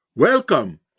Welcome